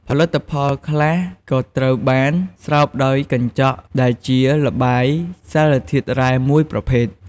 ផលិតផលខ្លះក៏ត្រូវបាន ស្រោបដោយកញ្ចក់ ដែលជាល្បាយសារធាតុរ៉ែមួយប្រភេទ។